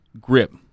grip